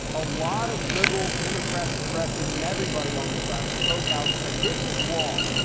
a lot of liberals, democrats, progressives, and everybody on the left spoke out and said, this is wrong.